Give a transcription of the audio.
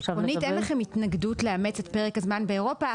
עקרונית אין לכם התנגדות לאמץ את פרק הזמן באירופה.